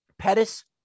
Pettis